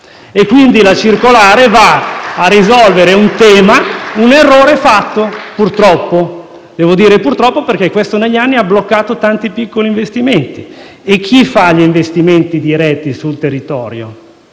Quindi la circolare va a risolvere un errore fatto, purtroppo, e dico purtroppo perché questo negli anni ha bloccato tanti piccoli investimenti. E chi fa gli investimenti diretti sul territorio?